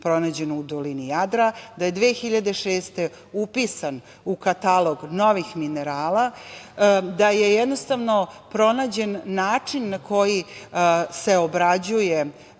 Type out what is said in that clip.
pronađen u dolini Jadra, da je 2006. godine upisan u katalog novih minerala, da je pronađen način na koji se obrađuje